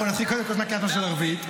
אנחנו נתחיל קודם כול מקריאת שמע של ערבית.